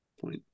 point